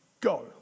go